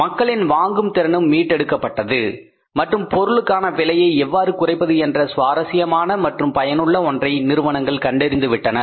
மக்களின் வாங்கும் திறனும் மீட்டெடுக்கப்பட்டது மற்றும் பொருளுக்கான விலையை எவ்வாறு குறைப்பது என்ற சுவாரசியமான மற்றும் பயனுள்ள ஒன்றை நிறுவனங்கள் கண்டறிந்து விட்டனர்